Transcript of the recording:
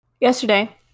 Yesterday